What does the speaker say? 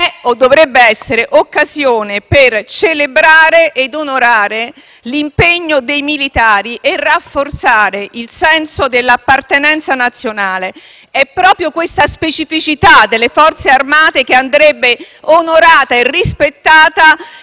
è, o dovrebbe essere, occasione per celebrare ed onorare l'impegno dei militari e rafforzare il senso dell'appartenenza nazionale. È proprio questa specificità delle Forze armate che andrebbe onorata e rispettata